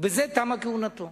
ובזה תמה כהונתו.